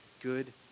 good